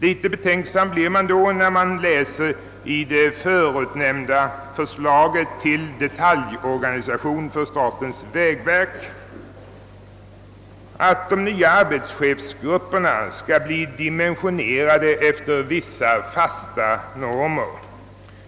Något betänksam blir man dock när man av det förenämnda förslaget till detaljorganisation för statens vägverk finner, att de nya arbetschefsgrupperna skall bli dimensionerade enligt vissa fasta normer.